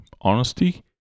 Honesty